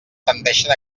tendeixen